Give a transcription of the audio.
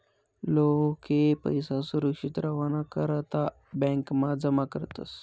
लोके पैसा सुरक्षित रावाना करता ब्यांकमा जमा करतस